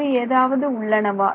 வேறு ஏதாவது உள்ளனவா